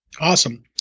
Awesome